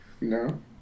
No